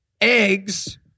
eggs